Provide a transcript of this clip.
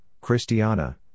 Christiana